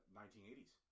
1980s